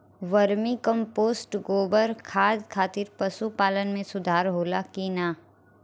Vermi compost गोबर खाद खातिर पशु पालन में सुधार होला कि न?